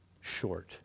short